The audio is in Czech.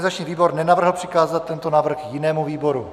Organizační výbor nenavrhl přikázat tento návrh jinému výboru.